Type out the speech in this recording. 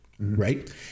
Right